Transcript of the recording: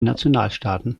nationalstaaten